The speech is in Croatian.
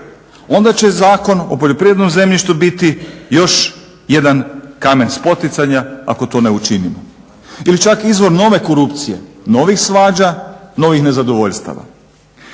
Onda će Zakon o poljoprivrednom zemljištu biti još jedan kamen spoticanja ako te ne učinimo. Ili čak izvor nove korupcije, novih svađa, novih nezadovoljstava.